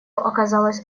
оказалось